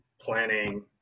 planning